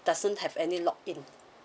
doesn't have any lock in